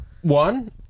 One